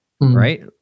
right